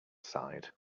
side